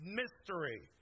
mystery